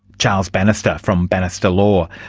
charles bannister from bannister law.